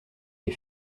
est